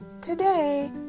today